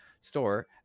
store